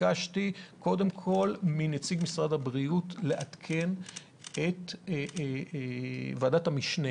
ביקשתי קודם מנציג משרד הבריאות לעדכן את ועדת המשנה